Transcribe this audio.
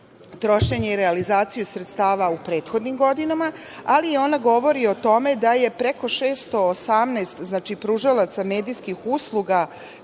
trošenje i realizaciju sredstava u prethodnim godinama, ali ona govori i o tome da je preko 618 pružalaca medijskih usluga,